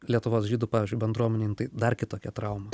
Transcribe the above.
lietuvos žydų pavyzdžiui bendruomenei nu tai dar kitokia trauma